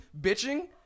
bitching